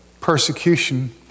persecution